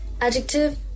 adjective